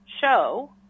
show